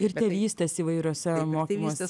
ir tėvystės įvairiuose mokymuose